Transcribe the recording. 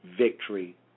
victory